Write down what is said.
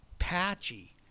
patchy